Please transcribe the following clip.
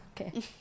okay